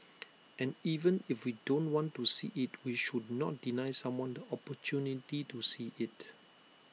and even if we don't want to see IT we should not deny someone the opportunity to see IT